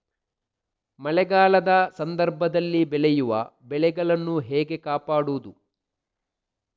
ಮಳೆಗಾಲದ ಸಂದರ್ಭದಲ್ಲಿ ಬೆಳೆಯುವ ಬೆಳೆಗಳನ್ನು ಹೇಗೆ ಕಾಪಾಡೋದು?